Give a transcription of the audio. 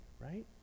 Right